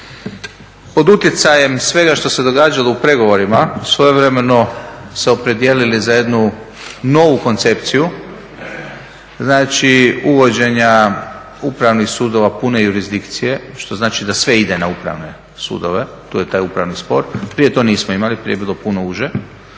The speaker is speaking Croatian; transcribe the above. pod utjecajem svega što se događalo u pregovorima, svojevremeno se opredijelili za jednu novu koncepciju znači uvođenja upravnih sudova pune jurisdikcije što znači da sve ide na upravne sudove, to je taj upravni spor, prije to nismo imali, prije je bilo puno uže